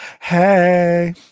Hey